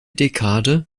dekade